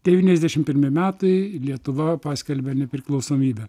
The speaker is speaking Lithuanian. devyniasdešim pirmi metai lietuva paskelbė nepriklausomybę